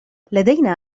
لدينا